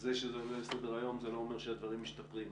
זה שזה עולה לסדר היום זה לא אומר שהדברים משתפרים.